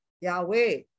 yahweh